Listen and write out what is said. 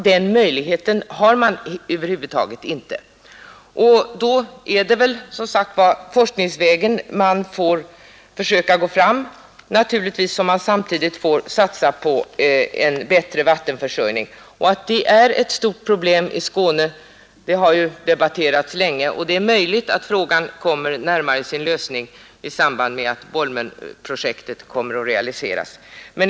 Då är det naturligtvis forskningsvägen man fär gå fram, samtidigt som man satsar på en bättre vattenförsörjning. Att detta är ett stort problem i Skane har sagts länge i debatten, och det är möjligt att frågan kommer närmare sin lösning i samband med att Bolmenprojektet realiseras.